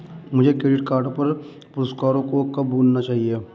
मुझे credit card पर पुरस्कारों को कब भुनाना चाहिए?